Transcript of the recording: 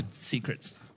secrets